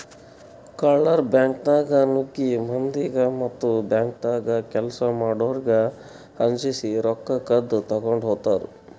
ಕಳ್ಳರ್ ಬ್ಯಾಂಕ್ದಾಗ್ ನುಗ್ಗಿ ಮಂದಿಗ್ ಮತ್ತ್ ಬ್ಯಾಂಕ್ದಾಗ್ ಕೆಲ್ಸ್ ಮಾಡೋರಿಗ್ ಅಂಜಸಿ ರೊಕ್ಕ ಕದ್ದ್ ತಗೊಂಡ್ ಹೋತರ್